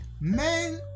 men